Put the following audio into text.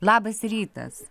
labas rytas